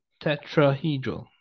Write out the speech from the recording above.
tetrahedral